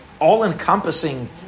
all-encompassing